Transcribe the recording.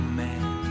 man